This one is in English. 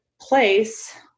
place